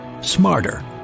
smarter